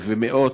מאות,